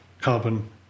carbon